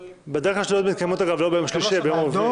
בדרך כלל שדולות מתקיימות לא ביום שלישי אלא ביום רביעי.